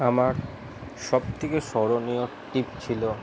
আমার সবথেকে স্মরণীয় টিপ ছিল